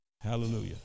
Hallelujah